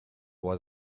was